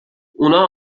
اونا